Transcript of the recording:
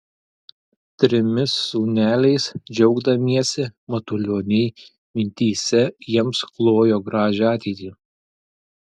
trimis sūneliais džiaugdamiesi matulioniai mintyse jiems klojo gražią ateitį